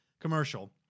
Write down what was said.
commercial